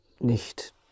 nicht